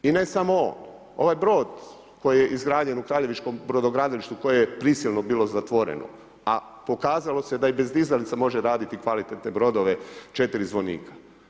I ne samo on, ovaj brod koji je izgrađen u Kraljevičkom brodogradilištu koje je prisilno bilo zatvoreno a pokazalo se da i bez dizalica može raditi kvalitetne brodove 4 zvonika.